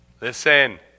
Listen